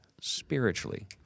spiritually